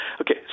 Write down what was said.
Okay